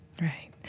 Right